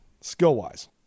skill-wise